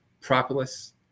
propolis